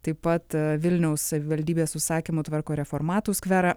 taip pat vilniaus savivaldybės užsakymu tvarko reformatų skverą